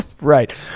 Right